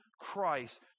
Christ